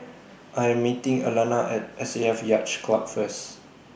I Am meeting Alanna At S A F Yacht Club First